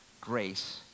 grace